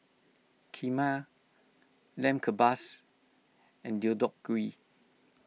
Kheema Lamb Kebabs and Deodeok Gui